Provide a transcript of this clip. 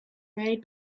made